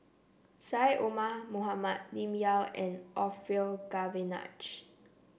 Syed Omar Mohamed Lim Yau and Orfeur Cavenagh